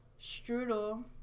Strudel